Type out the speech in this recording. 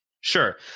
Sure